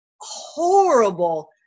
horrible